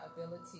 ability